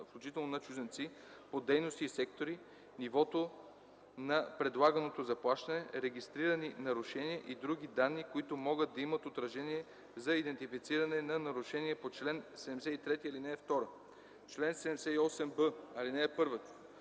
включително на чужденци, по дейности и сектори, нивото на предлаганото заплащане, регистрирани нарушения и други данни, които могат да имат отражение за идентифициране на нарушения по чл. 73, ал. 2. Чл. 78б. (1)